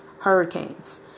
hurricanes